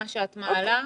מה שאת מעלה,